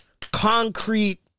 concrete